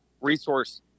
resource –